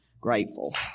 grateful